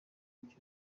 ibyo